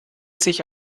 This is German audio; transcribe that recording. sich